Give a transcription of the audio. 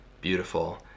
beautiful